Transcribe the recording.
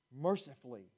mercifully